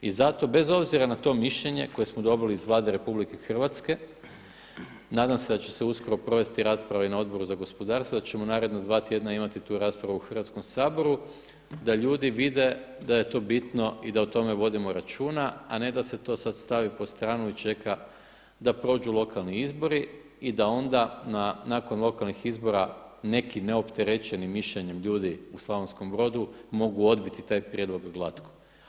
I zato bez obzira na to mišljenje koje smo dobili iz Vlade RH nadam se da će se uskoro provesti rasprava i na Odboru za gospodarstvo, da ćemo u narednih 2 tjedna imati tu raspravu u Hrvatskom saboru da ljudi vide da je to bitno i da o tome vodimo računa a ne da se to sad stavi po stranu i čeka da prođu lokalni izbori i da onda nakon lokalnih izbora neki neopterećeni mišljenjem ljudi u Slavonskom Brodu mogu odbiti taj prijedlog glatko.